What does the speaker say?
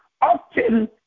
often